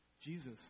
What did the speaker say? Jesus